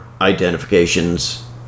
identifications